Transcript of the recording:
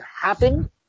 happen